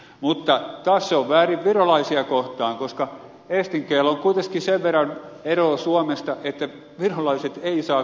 mutta se on taas väärin virolaisia kohtaan koska eestin keel kuitenkin sen verran eroaa suomesta että virolaiset eivät saa kansalaisuutta